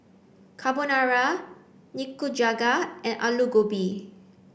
Carbonara Nikujaga and Alu Gobi